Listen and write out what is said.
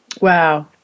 Wow